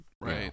right